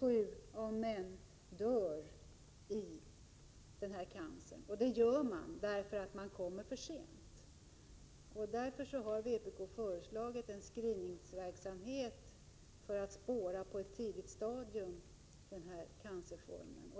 Sju av tio män dör i den här cancern, och det beror på att de kommer till undersökning för sent. Därför har vpk föreslagit en screeningverksamhet för att man på ett tidigt stadium skall kunna spåra den här cancerformen.